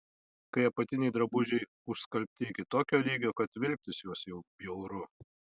kai apatiniai drabužiai užskalbti iki tokio lygio kad vilktis juos jau bjauru